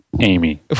Amy